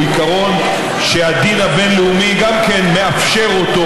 הוא עיקרון שהדין הבין-לאומי גם כן מאפשר אותו,